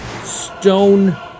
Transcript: stone